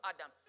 Adam